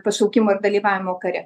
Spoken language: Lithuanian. pašaukimo ir dalyvavimo kare